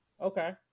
okay